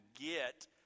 get